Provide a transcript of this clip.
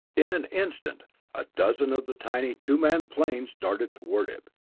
in an instant a dozen of the tiny two-man planes darted toward it.